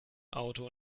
auto